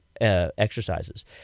Exercises